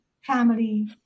family